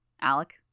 Alec